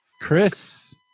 chris